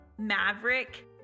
Maverick